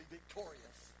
victorious